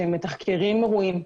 מתחקרים אירועים,